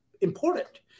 important